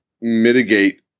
mitigate